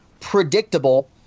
predictable